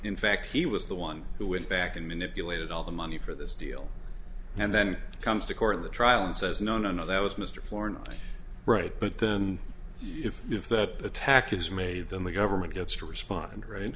in fact he was the one who went back and manipulated all the money for this deal and then comes to court in the trial and says no no no that was mr floor not right but then if if that attack is made then the government gets to respond right